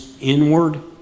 inward